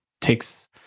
takes